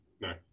No